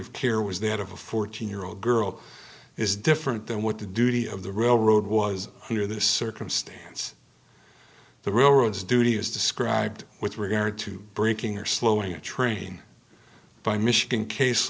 of care was that of a fourteen year old girl is different than what the duty of the railroad was under the circumstance the railroads duty is described with regard to braking or slowing a train by michigan case